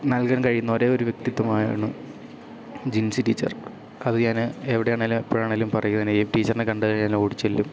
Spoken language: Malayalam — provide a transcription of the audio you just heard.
നൽകാൻ കഴിയുന്ന ഒരേ ഒരു വ്യക്തിത്ത്വമാണ് ജിൻസി ടീച്ചർ അതു ഞാൻ എവിടെയാണെങ്കിലും എപ്പോഴാണെങ്കിലും പറയുന്നത് എബ് ടീച്ചറിനെ കണ്ടു കഴിഞ്ഞാൽ ഞാൻ ഓടിച്ചെല്ലും